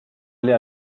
aller